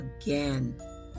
again